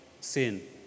sin